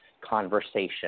conversation